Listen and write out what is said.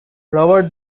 robert